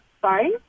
Sorry